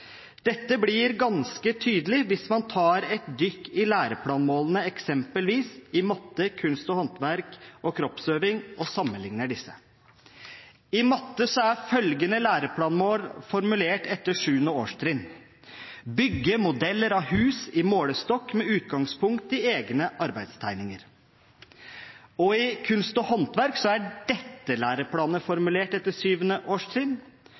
Dette blir ganske tydelig hvis man tar et dykk i læreplanmålene, eksempelvis i matte, kunst og håndverk og kroppsøving, og sammenlikner disse. I matte er følgende læreplanmål formulert etter sjuende årstrinn: «bygge modeller av hus i målestokk med utgangspunkt i egne arbeidstegninger». I kunst og håndverk er dette læreplanmålet formulert etter sjuende årstrinn: